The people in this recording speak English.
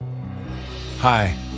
Hi